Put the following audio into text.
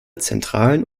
zentralen